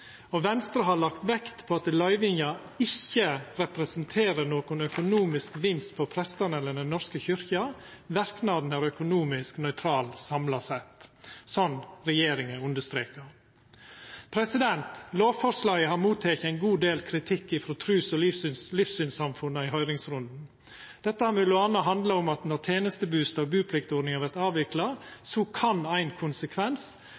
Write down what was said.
og Venstre har lagt vekt på at løyvinga ikkje representerer nokon økonomisk vinst for prestane eller Den norske kyrkja. Verknadene er økonomisk nøytrale samla sett, som regjeringa understrekar. Lovforslaget har motteke ein god del kritikk frå trus- og livssynssamfunna i høyringsrunden. Dette har m.a. handla om at når tenestebustad- og bupliktordninga vert avvikla, kan ein konsekvens